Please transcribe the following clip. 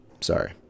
sorry